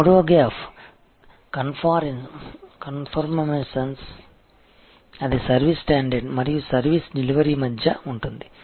మూడవ gap conformance అది service standard మరియు సర్వీస్ డెలివరీ మధ్య ఉంటుంది